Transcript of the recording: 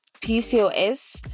PCOS